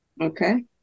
Okay